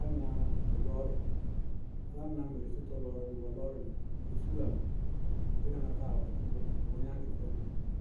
Álámɩnáá dzʋ lɔɔrɩ, álámɩná mɩlɩsɩtɔ lɔɔrɩ ŋ wɛ lɔɔrɩ mɛ kesúwa mɛ, ŋ kpɩnaná táa wɛrɛkɩ bɔɔ, bʋʋ gnáñkɩ fɛnɩ.